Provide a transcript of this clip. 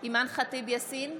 אימאן ח'טיב יאסין,